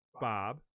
Bob